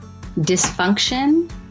Dysfunction